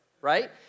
right